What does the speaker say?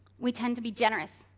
we tend to be generous,